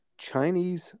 chinese